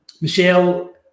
Michelle